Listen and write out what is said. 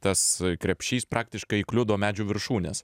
tas krepšys praktiškai kliudo medžių viršūnes